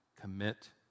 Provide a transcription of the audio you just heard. Commit